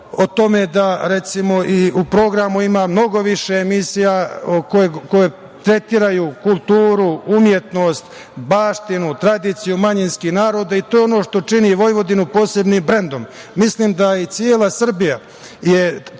o tome da recimo, i u programu ima mnogo više emisija koje tretiraju kulturu, umetnost, baštinu, tradiciju, manjinskih naroda i to je ono što čini Vojvodinu posebnim brendom. Mislim da cela Srbija,